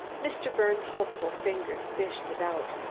mr. birnes' hopeful fingers fished it out.